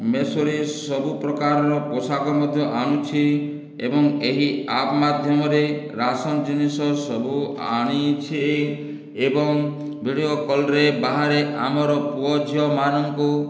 ମେଷୋରେ ସବୁପ୍ରକାରର ପୋଷାକ ମଧ୍ୟ ଅଣୁଛି ଏବଂ ଏହି ଆପ୍ ମାଧ୍ୟମରେ ରାସନ ଜିନିଷ ସବୁ ଆଣିଛି ଏବଂ ଭିଡ଼ିଓ କଲ୍ରେ ବାହାରେ ଆମର ପୁଅ ଝିଅମାନଙ୍କୁ